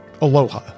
Aloha